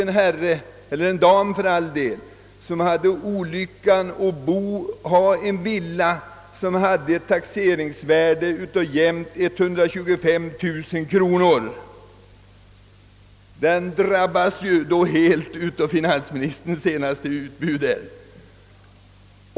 En herre, och för all del, även en dam som har olyckan att bo i en villa som har ett taxeringsvärde av 125 000 kronor kommer ju att i full utsträckning drabbas av detta finansministerns senaste utspel.